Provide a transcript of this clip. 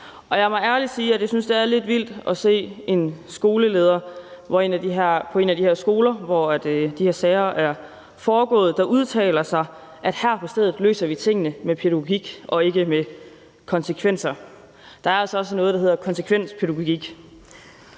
Jeg må ærligt sige, at jeg synes, det er lidt vildt at se en skoleleder på en af de her skoler, hvor de her sager er foregået, der udtaler, at her på stedet løser vi tingene med pædagogik og ikke med konsekvenser. For der er altså også noget, der hedder konsekvenspædagogik.